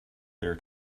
their